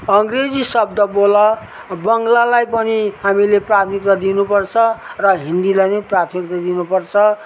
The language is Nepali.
अङ्ग्रेजी शब्द बोल बङ्गलालाई पनि हामीले प्राथमिकता दिनुपर्छ र हिन्दीलाई नि प्राथमिकता दिनुपर्छ